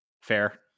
Fair